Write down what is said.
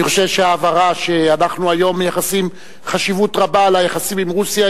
אני חושב שההבהרה שאנחנו היום מייחסים חשיבות רבה ליחסים עם רוסיה,